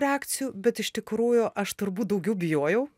reakcijų bet iš tikrųjų aš turbūt daugiau bijojau